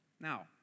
Now